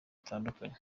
zitandukanye